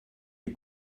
ihr